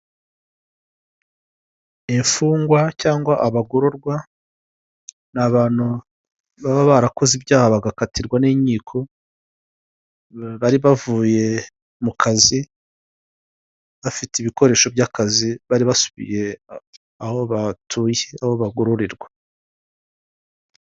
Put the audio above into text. Imfungwa cyangwa abagororwa ni abantu baba barakoze ibyaha bagakatirwa n'inkiko, bari bavuye mu kazi, bafite ibikoresho by'akazi bari basubiye aho batuye. Aho bagororerwa.